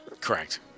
Correct